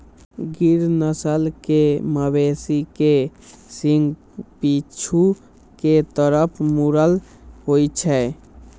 गिर नस्ल के मवेशी के सींग पीछू के तरफ मुड़ल होइ छै